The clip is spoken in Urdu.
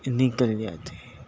نکل جاتے